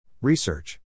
Research